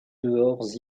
dehors